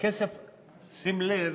שים לב